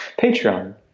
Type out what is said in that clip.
Patreon